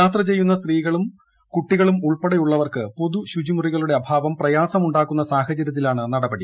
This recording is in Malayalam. യാത്ര ചെയ്യുന്ന സ്ത്രീകളും കുട്ടികളും ഉൾപ്പെടെയുള്ളവർക്ക് പൊതു ശുചിമുറികളുടെ അഭാവം പ്രയാസമുണ്ടാക്കുന്ന സാഹചര്യത്തിലാണ് നടപടി